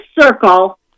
circle